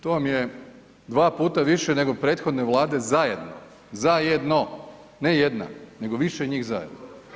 To vam je 2 puta više nego prethodne vlade zajedno, zajedno, ne jedna, nego više njih zajedno.